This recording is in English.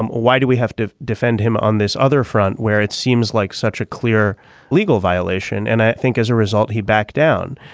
um why do we have to defend him on this other front where it seems like such a clear legal violation. and i think as a result he back down.